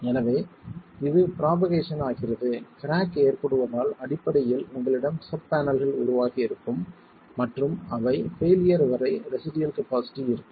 எனவே இது புரோபகேஷன் ஆகிறது கிராக் ஏற்படுவதால் அடிப்படையில் உங்களிடம் சப் பேனல்கள் உருவாகி இருக்கும் மற்றும் அவை ஃபெயிலியர் வரை ரெசிடுயல் கபாஸிட்டி இருக்கும்